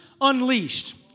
Unleashed